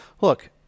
Look